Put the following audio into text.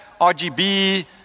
RGB